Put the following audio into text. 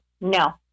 No